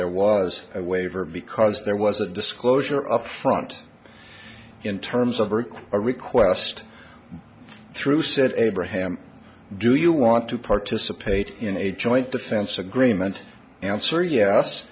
there was a waiver because there was a disclosure up front in terms of a request through said abraham do you want to participate in a joint defense agreement answer yes